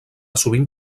sovint